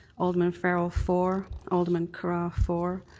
alderman farrell for, alderman carra for,